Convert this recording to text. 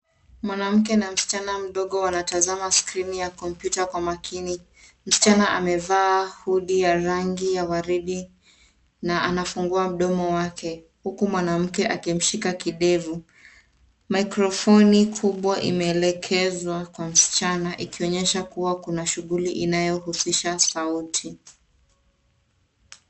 Mwanamke na mschana mdogo wanatazama skrini ya kompyuta kwa makini. Mschana amevaa hoodie ya rangi ya waridi na anafungua mdogo wake huku mwanamke akimshika kidevu. Maikrofoni kubwa imeelekezwa kwa mschana ikionyesha kuwa kuna shughuli inayohusisha sauti.